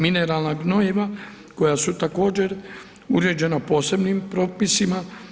Mineralna gnojiva koja su također uređena posebnim propisima.